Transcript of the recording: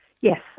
Yes